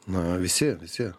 na visi visi